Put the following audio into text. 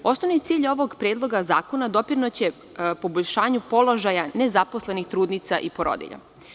Osnovni cilj ovog predloga zakona doprineće poboljšanju položaja nezaposlenih trudnica i porodilja.